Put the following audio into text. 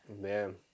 Man